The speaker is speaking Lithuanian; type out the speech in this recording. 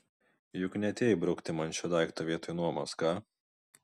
juk neatėjai brukti man šio daikto vietoj nuomos ką